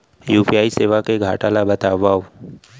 UPI सेवा के घाटा ल बतावव?